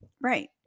right